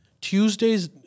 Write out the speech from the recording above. Tuesday's